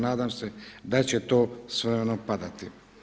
Nadam se da će to s vremenom padati.